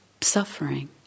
suffering